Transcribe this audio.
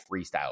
freestyle